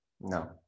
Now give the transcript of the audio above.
No